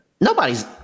Nobody's